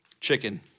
Chicken